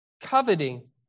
coveting